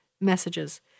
messages